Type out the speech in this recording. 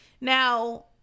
Now